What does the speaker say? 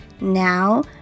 Now